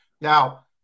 Now